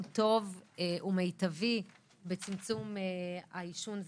טוב ומיטבי בצמצום העישון ונזקיו.